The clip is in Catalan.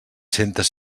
centes